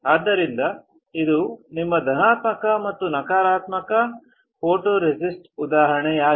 ಆದ್ದರಿಂದ ಇದು ನಿಮ್ಮ ಧನಾತ್ಮಕ ಮತ್ತು ನಕಾರಾತ್ಮಕ ಣಾತ್ಮಕ ಫೋಟೊರೆಸಿಸ್ಟ್ನ ಉದಾಹರಣೆಯಾಗಿದೆ